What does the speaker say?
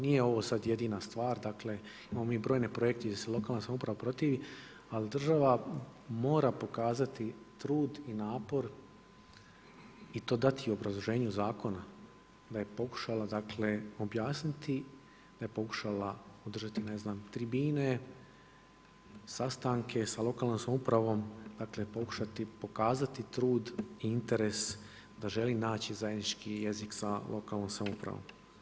Nije ovo sada jedina stvar, dakle imamo mi brojne projekte gdje se lokalna samouprava protivi, ali država mora pokazati trud i napor i to dati u obrazloženju zakona da je pokušala objasniti, da je pokušala održati ne znam tribine, sastanke sa lokalnom samoupravom, dakle pokušati pokazati trud i interes da želi naći zajednički jezik sa lokalnom samoupravom.